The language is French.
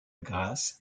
grâce